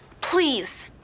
Please